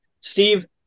steve